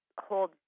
hold